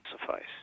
suffice